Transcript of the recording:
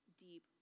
deep